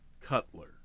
Cutler